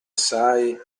assai